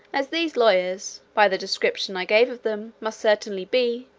as these lawyers, by the description i gave of them, must certainly be,